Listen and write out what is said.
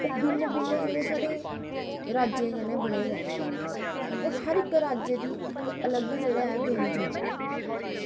ओह् भिन्न भिन्न साढ़े जेह्ड़े राज्य कन्नै बने दे न होर हर इक्क राज्य दी ओह् जेह्ड़ा ऐ अपना इक्क व्यंजन ऐ